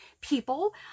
people